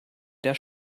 der